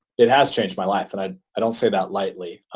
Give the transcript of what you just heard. it has changed my life and i i don't say that lightly.